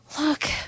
Look